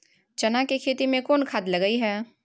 चना के खेती में कोन खाद लगे हैं?